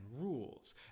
rules